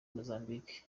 mozambique